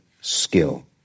skill